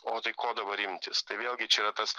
o tai ko dabar imtis tai vėlgi čia yra tas